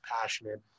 passionate